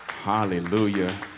Hallelujah